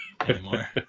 anymore